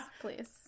please